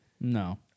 No